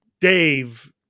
Dave